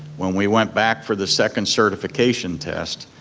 when we went back for the second certification test,